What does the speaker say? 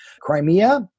Crimea